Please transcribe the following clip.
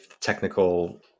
technical